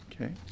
Okay